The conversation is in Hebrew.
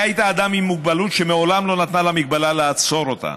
היא הייתה אדם עם מוגבלות ומעולם לא נתנה למגבלה לעצור אותה.